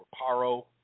Paro